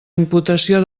imputació